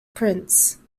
prince